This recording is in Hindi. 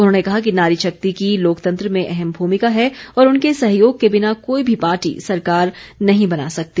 उन्होंने कहा कि नारी शक्ति की लोकतंत्र में अहम भूमिका है और उनके सहयोग के बिना कोई भी पार्टी सरकार नहीं बना सकती